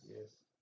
Yes